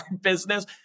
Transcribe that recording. business